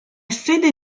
sede